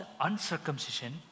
uncircumcision